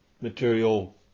material